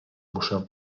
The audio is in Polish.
muszę